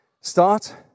Start